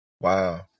Wow